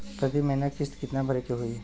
प्रति महीना किस्त कितना भरे के होई?